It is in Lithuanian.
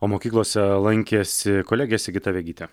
o mokyklose lankėsi kolegė sigita vegytė